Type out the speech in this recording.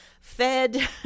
fed